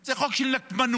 זה חוק של נקמנות,